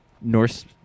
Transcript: Norse